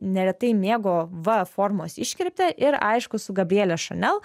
neretai mėgo v formos iškirptę ir aišku su gabriele šanel